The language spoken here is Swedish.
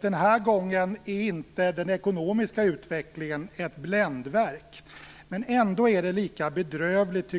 Den här gången är inte den ekonomiska utvecklingen ett bländverk. Ändå tycker jag att det är lika bedrövligt